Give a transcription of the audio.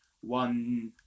one